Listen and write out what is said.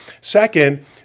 Second